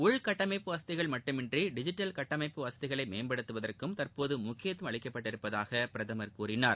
உள்கட்டமைப்பு வசதிகள் மட்டுமன்றி டிஜிட்டல் கட்டமைப்பு வசதிகளை மேம்படுத்துவதற்கும் தற்போது முக்கியத்துவம் அளிக்கப்பட்டிருப்பதாக அவர் கூறினார்